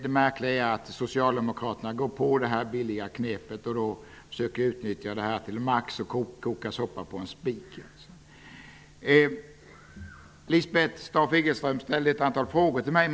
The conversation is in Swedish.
Det märkliga är att Socialdemokraterna har gått på det billiga knepet och försöker utnyttja det till max och koka soppa på en spik. Lisbeth Staaf-Igelström ställde ett antal frågor till mig.